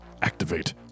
Activate